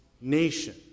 nation